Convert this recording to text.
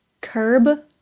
Curb